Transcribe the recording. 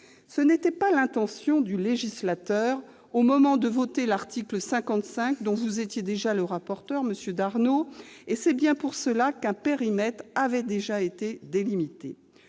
Ce n'était pas l'intention du législateur au moment de voter l'article 55 du projet de loi dont vous étiez déjà le rapporteur, monsieur Darnaud, et c'est bien pour cela qu'un périmètre avait été déjà délimité.